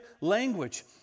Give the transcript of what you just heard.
language